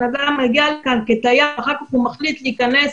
אדם מגיע לכאן כתייר ואחר כך הוא מחליט להיכנס